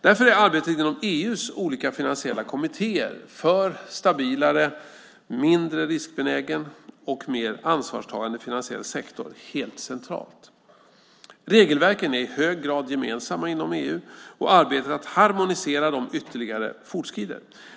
Därför är arbetet inom EU:s olika finansiella kommittéer för en stabilare, mindre riskbenägen och mer ansvarstagande finansiell sektor helt centralt. Regelverken är i hög grad gemensamma inom EU, och arbetet att harmonisera dem ytterligare fortskrider.